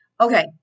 Okay